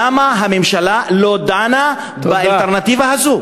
למה הממשלה לא דנה, תודה.